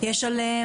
לדעתי,